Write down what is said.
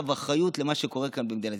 ואחריות למה שקורה כאן במדינת ישראל.